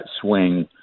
swing